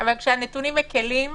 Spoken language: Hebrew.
אבל כשהנתונים מקלים,